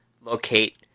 locate